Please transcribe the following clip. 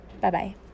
Bye-bye